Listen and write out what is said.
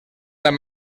amb